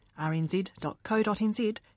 rnz.co.nz